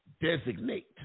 designate